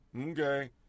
okay